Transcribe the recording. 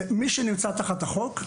מי שנמצא תחת החוק,